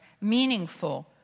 meaningful